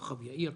כוכב יאיר,